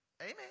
Amen